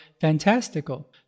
fantastical